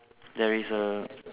there is a